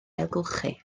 ailgylchu